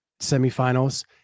semifinals